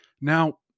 Now